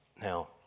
Now